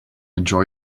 enjoy